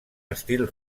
estil